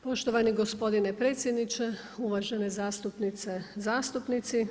Poštovani gospodine predsjedniče, uvažene zastupnice, zastupnici.